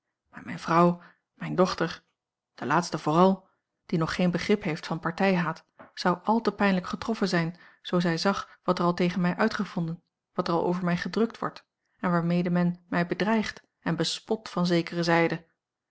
maar mijne vrouw mijne dochter de laatste vooral die nog geen begrip heeft van partijhaat zou al te pijnlijk getroffen zijn zoo zij zag wat er al tegen mij uitgevonden wat er al over mij gedrukt wordt en waarmede men a l g bosboom-toussaint langs een omweg mij bedreigt en bespot van zekere zijde